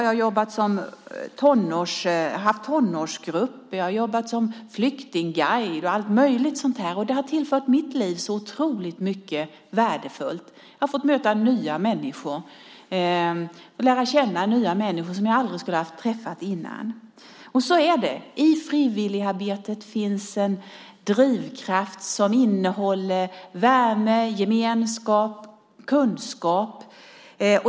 Jag har haft tonårsgrupper. Jag har jobbat som flyktingguide och annat. Det har tillfört mitt liv så otroligt mycket värdefullt. Jag har fått möta nya människor och lära känna människor som jag inte skulle ha träffat annars. I frivilligarbetet finns en drivkraft som innehåller värme, gemenskap och kunskap.